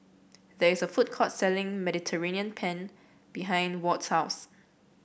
there is a food court selling Mediterranean Penne behind Ward's house